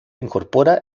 incorpora